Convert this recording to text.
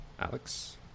Alex